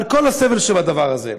עם כל הסבל שבדבר הזה.